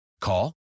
Call